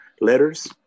letters